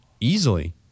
Easily